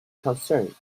concerned